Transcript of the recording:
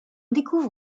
découvre